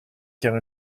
car